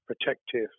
protective